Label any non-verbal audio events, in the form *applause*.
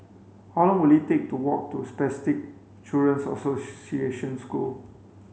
how long will it take to walk to Spastic Children's *unintelligible* School